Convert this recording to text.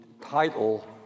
title